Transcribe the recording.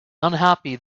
unhappy